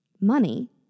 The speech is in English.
Money